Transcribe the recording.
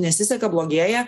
nesiseka blogėja